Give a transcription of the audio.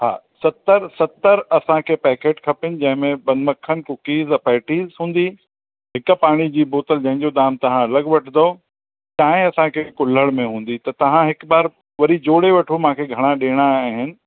हा सतर सतर असांखे पैकेट खपनि जंहिंमें बन मखणु कुकीस ऐं पैटीस हूंदी हिकु पाणी जी बोतल जंहिंजो दाम तव्हां अलॻि वठंदो चांहि असांखे कुलहड़ में हूंदी त तव्हां हिकु बार वरी जोड़े वठो मूंखे घणा ॾियणा आहिनि